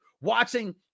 Watching